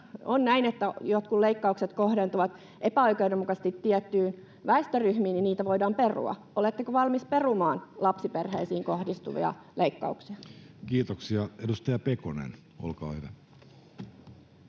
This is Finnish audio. on näin, että jotkut leikkaukset kohdentuvat epäoikeudenmukaisesti tiettyihin väestöryhmiin, niitä voidaan perua. Oletteko valmis perumaan lapsiperheisiin kohdistuvia leikkauksia? Kiitoksia. — Edustaja Pekonen, olkaa hyvä.